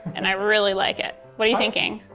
and i really like it. what're you thinking?